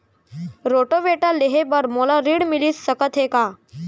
Rotavator लेहे बर मोला ऋण मिलिस सकत हे का?